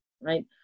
right